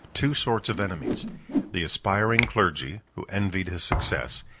two sorts of enemies the aspiring clergy, who envied his success,